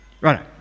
Right